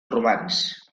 romans